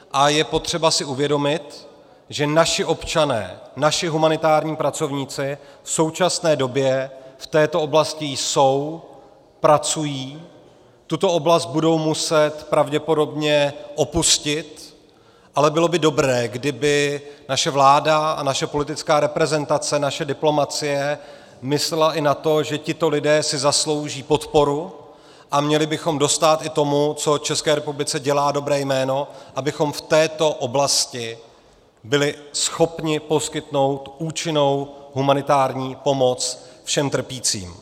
A je potřeba si uvědomit, že naši občané, naši humanitární pracovníci v současné době v této oblasti jsou, pracují, tuto oblast budou muset pravděpodobně opustit, ale bylo by dobré, kdyby naše vláda a naše politická reprezentace, naše diplomacie myslely i na to, že tito lidé si zaslouží podporu, a měli bychom dostát i tomu, co České republice dělá dobré jméno, abychom v této oblasti byli schopni poskytnout účinnou humanitární pomoc všem trpícím.